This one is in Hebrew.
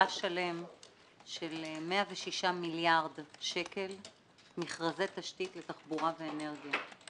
תר"ש שלמה של 106 מיליארד שקל מכרזי תשתית לתחבורה ואנרגיה.